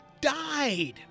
died